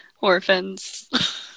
Orphans